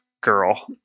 girl